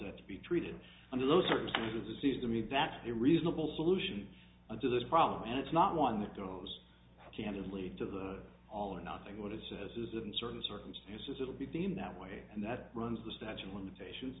it to be treated under those circumstances it seems to me back to a reasonable solution under this problem and it's not one that goes candidly to the all or nothing what it says is that in certain circumstances it will be deemed that way and that runs the statue of limitations